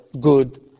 good